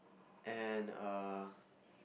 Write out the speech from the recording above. and err